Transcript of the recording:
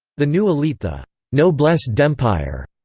the new elite the noblesse d'empire,